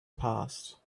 passed